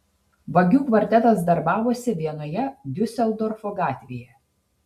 vagių kvartetas darbavosi vienoje diuseldorfo gatvėje